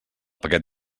paquet